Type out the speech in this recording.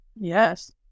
Yes